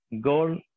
goal